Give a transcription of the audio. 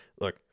look